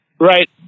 Right